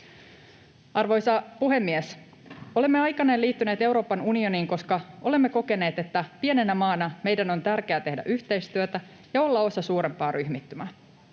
Arvoisa puhemies! Olemme aikanaan liittyneet Euroopan unioniin, koska olemme kokeneet, että pienenä maana meidän on tärkeää tehdä yhteistyötä ja olla osa suurempaa ryhmittymää.